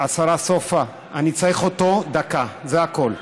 השרה סופה, אני צריך אותו דקה, זה הכול.